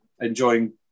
enjoying